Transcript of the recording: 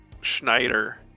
Schneider